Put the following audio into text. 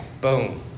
Boom